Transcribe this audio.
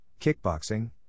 kickboxing